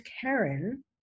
Karen